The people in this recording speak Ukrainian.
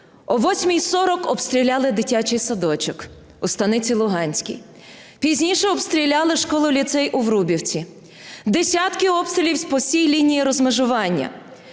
о 8:40 обстріляли дитячий садочок у Станиці Луганській, пізніше обстріляли школу-ліцей у Врубівці, десятки обстрілів по всій лінії розмежування.